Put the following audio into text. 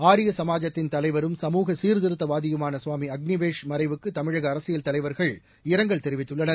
ஆரிய சமாஜத்தின் தலைவரும் சமூக சீர்திருத்தவாதியுமான சுவாமி அக்னிவேஷ் மறைவுக்கு தமிழக அரசியல் தலைவர்கள் இரங்கல் தெரிவித்துள்ளனர்